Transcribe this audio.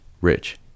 rich